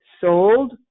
sold